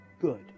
good